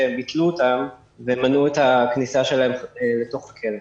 שקיבלו ביטולים ונמנעה כניסתם לתוך בתי הכלא.